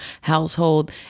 household